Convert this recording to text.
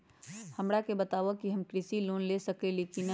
हमरा के बताव कि हम कृषि लोन ले सकेली की न?